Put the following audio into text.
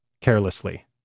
carelessly